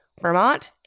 Vermont